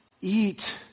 Eat